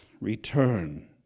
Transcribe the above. return